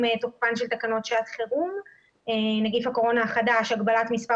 תוקפן של תקנות שעת חירום (נגיף הקורונה החדש) (הגבלת מספר